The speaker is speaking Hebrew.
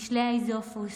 משלי איזופוס,